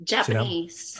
Japanese